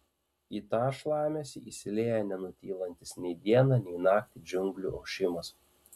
į tą šlamesį įsilieja nenutylantis nei dieną nei naktį džiunglių ošimas